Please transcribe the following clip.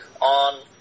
on